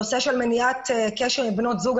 הנושא של מניעת קשר עם בנות זוג,